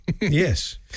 Yes